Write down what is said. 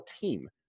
team